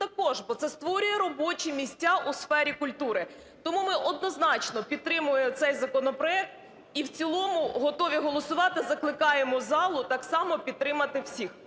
бо це створює робочі місця у сфері культури. Тому ми однозначно підтримуємо цей законопроект і в цілому готові голосувати, закликаємо залу так само підтримати всіх.